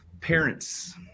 Parents